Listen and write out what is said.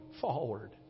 forward